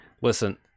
Listen